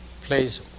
plays